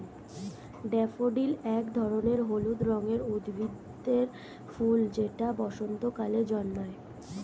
daffodil এক ধরনের হলুদ রঙের উদ্ভিদের ফুল যেটা বসন্তকালে জন্মায়